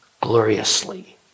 gloriously